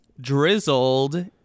drizzled